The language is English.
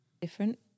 different